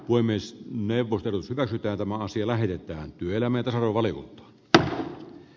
voi myös hevosten väsyttää tämä asia lähetetään työelämätrovallin b v